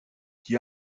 qui